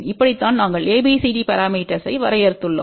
இப்படித்தான் நாங்கள் ABCD பரமீட்டர்ஸ்வை வரையறுத்துள்ளோம்